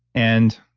and